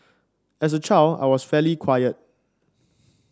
as a child I was fairly quiet